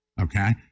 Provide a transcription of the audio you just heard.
Okay